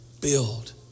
build